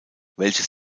welches